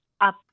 up